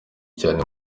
cyane